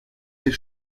des